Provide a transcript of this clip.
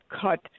cut